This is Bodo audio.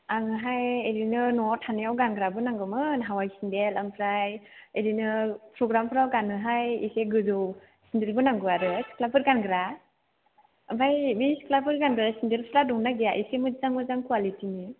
आंनोहाय ओरैनो न'आव थानायाव गानग्राबो नांगौमोन हावाय सेन्देल ओमफ्राय बिदिनो प्रग्रामफ्राव गाननोहाय इसे गोजौ सेन्देलबो नांगौ आरो सिख्लाफोर गानग्रा ओमफ्राय बे सिख्लाफोर गानग्रा सेन्देलफोरा दंना गैया एसे मोजां मोजां क्वालिटिनि